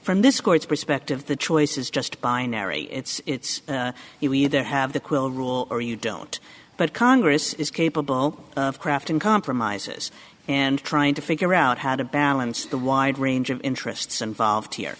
from this court's perspective the choice is just binary it's you either have the quill rule or you don't but congress is capable of crafting compromises and trying to figure out how to balance the wide range of interests involved here